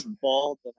bald